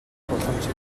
боломж